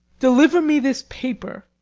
deliver me this paper.